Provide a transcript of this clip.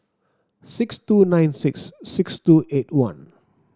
six two nine six six two eight one